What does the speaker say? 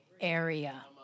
area